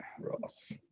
Ross